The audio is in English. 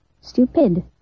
Stupid